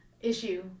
issue